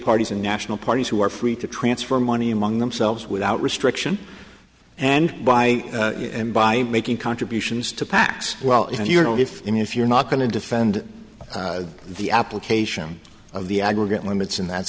parties and national parties who are free to transfer money among themselves without restriction and by and by making contributions to pacs well if you know if i mean if you're not going to defend the application of the aggregate limits in that